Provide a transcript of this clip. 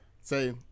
Say